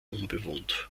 unbewohnt